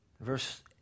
Verse